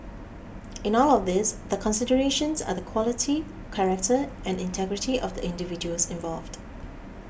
in all of these the considerations are the quality character and integrity of the individuals involved